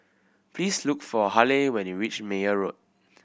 please look for Haleigh when you reach Meyer Road